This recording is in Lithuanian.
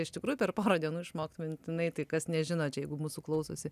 iš tikrųjų per porą dienų išmokt mintinai tai kas nežinot čia jeigu mūsų klausosi